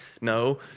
No